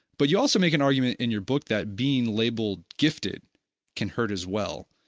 but you also make an argument in your book that being labeled gifted can hurt as well,